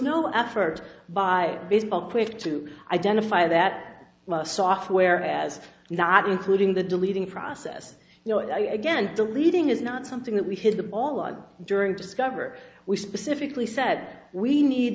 no effort by baseball quick to identify that software as not including the deleting process you know i again deleting is not something that we hit the ball on during discover we specifically said we need